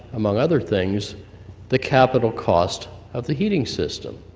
among other things the capital cost of the heating system,